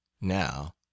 now